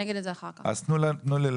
אני אגיד את זה אחר כך.